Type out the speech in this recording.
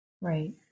Right